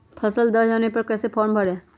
फसल दह जाने पर कैसे फॉर्म भरे?